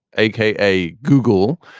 a k a. google.